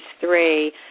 three